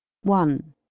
one